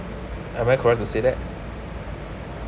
am I correct to say that